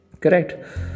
correct